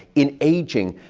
in aging,